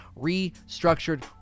restructured